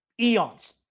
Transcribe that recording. eons